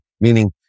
Meaning